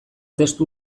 testu